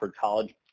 College